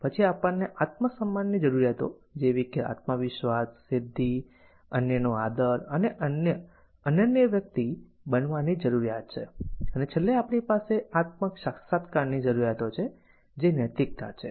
પછી આપણને આત્મસન્માનની જરૂરિયાતો જેવી કે આત્મવિશ્વાસ સિદ્ધિ અન્યનો આદર અને અનન્ય વ્યક્તિ બનવાની જરૂરિયાત છે અને છેલ્લે આપણી પાસે આત્મ સાક્ષાત્કારની જરૂરિયાતો છે જે નૈતિકતા છે